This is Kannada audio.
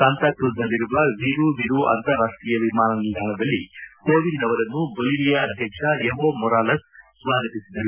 ಸಂತಾ ಕ್ರುಜ್ನಲ್ಲಿರುವ ವಿರು ವಿರು ಅಂತಾರಾಷ್ಟೀಯ ವಿಮಾನ ನಿಲ್ದಾಣದಲ್ಲಿ ಕೋವಿಂದ್ ಅವರನ್ನು ಬೊಲಿವಿಯಾ ಅಧ್ಯಕ್ಷ ಎವೊ ಮೊರಾಲಸ್ ಸ್ವಾಗತಿಸಿದರು